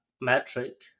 metric